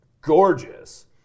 gorgeous